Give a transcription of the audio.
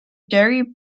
jerry